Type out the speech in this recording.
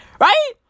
Right